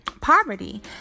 poverty